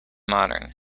modern